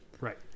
right